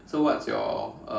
so what's your